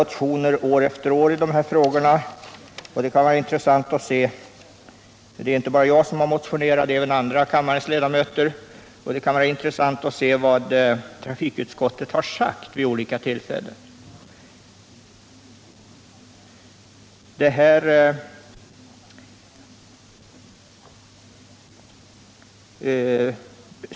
Motioner har väckts år efter år i dessa frågor inte bara av mig utan även av andra av kammarens ledamöter, och jag vill peka på vad utskottet vid olika tillfällen har sagt.